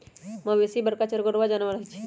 मवेशी बरका चरगोरबा जानबर होइ छइ